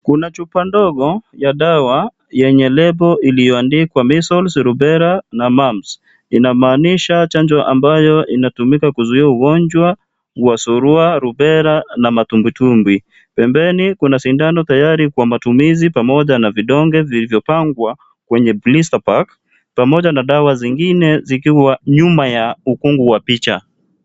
Kuna chupa ndogo ya dawa yenye lebo iliyoandikwa,(cs)missiles rubella(cs) na, (cs)mums(cs), kumaanisha chanjo inayotumika kuzuia ugonjwa, wa sulua, rubela na matumbi tumbi. Pembeni kuna sindano tayari kwa matumizi pamoja na vidonge vilivyo pangwa kwenye (cs)blistarpack(cs), pamoja na dawa zingine zikiwa nyuma ya ukungu wa picha.